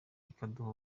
ikaduha